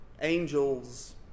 angels